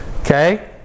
Okay